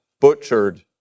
butchered